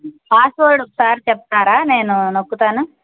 password ఒకసారి చెబుతారా నేను నొక్కుతాను